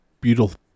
beautiful